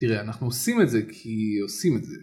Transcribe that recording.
תראה אנחנו עושים את זה כי עושים את זה